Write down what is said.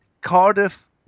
Cardiff